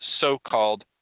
so-called